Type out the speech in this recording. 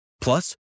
Plus